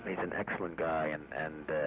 an excellent guy, and and